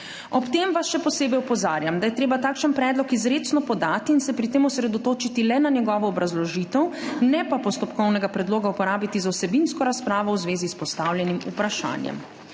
Ob tem vas še posebej opozarjam, da je treba takšen predlog izrecno podati in se pri tem osredotočiti le na njegovo obrazložitev, ne pa postopkovnega predloga uporabiti za vsebinsko razpravo v zvezi s postavljenim vprašanjem.